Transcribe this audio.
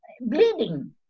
bleeding